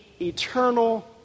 eternal